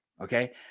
okay